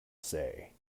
say